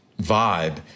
vibe